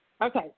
Okay